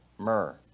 Myrrh